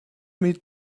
meet